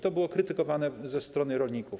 To było krytykowane ze strony rolników.